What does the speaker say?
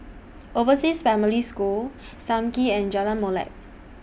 Overseas Family School SAM Kee and Jalan Molek